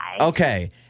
Okay